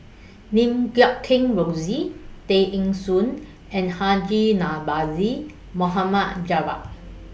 Lim Guat Kheng Rosie Tay Eng Soon and Haji Namazie Mohama Javad